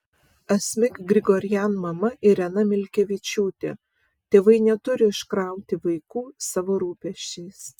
asmik grigorian mama irena milkevičiūtė tėvai neturi užkrauti vaikų savo rūpesčiais